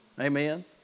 Amen